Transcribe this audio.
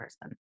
person